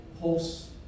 pulse